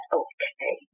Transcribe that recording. okay